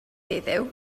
heddiw